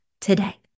today